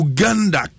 Uganda